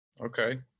Okay